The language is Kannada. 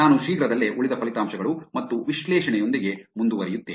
ನಾನು ಶೀಘ್ರದಲ್ಲೇ ಉಳಿದ ಫಲಿತಾಂಶಗಳು ಮತ್ತು ವಿಶ್ಲೇಷಣೆಯೊಂದಿಗೆ ಮುಂದುವರಿಯುತ್ತೇನೆ